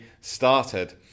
started